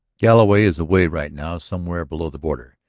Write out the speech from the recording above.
galloway is away right now, somewhere below the border.